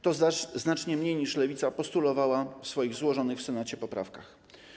To jest znacznie mniej, niż Lewica postulowała w złożonych w Senacie poprawkach.